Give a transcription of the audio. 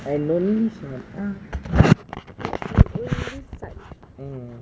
and only sun mm